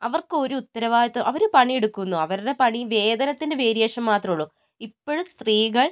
അവർക്ക് ഒരു ഉത്തരവാദിത്തം അവർ പണി എടുക്കുന്നു അവരുട പണി വേതനത്തിൻ്റെ വേരിയേഷൻ മാത്രമേ ഉള്ളൂ ഇപ്പോഴും സ്ത്രീകൾ